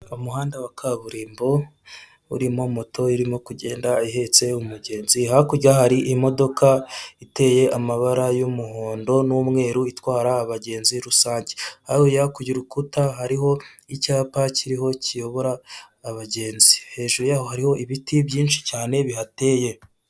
Umuhanda wa kaburimbo urimo moto irimo kugenda ihetse umugenzi, hakurya hari imodoka iteye amabara y'umuhondo n'umweru itwara abagenzi rusange. Hakurya ku rukuta hariho icyapa kiriho kiyobora abagenzi. Hejuru yaho hariho ibiti byinshi cyane bihateye.